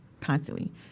constantly